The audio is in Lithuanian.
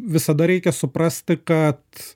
visada reikia suprasti kad